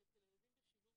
שאצל ילדים בשילוב,